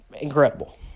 incredible